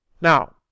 Now